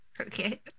Okay